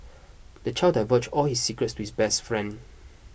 the child divulged all his secrets to his best friend